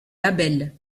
label